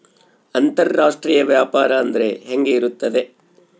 ಅಂತರಾಷ್ಟ್ರೇಯ ವ್ಯಾಪಾರ ಅಂದರೆ ಹೆಂಗೆ ಇರುತ್ತದೆ?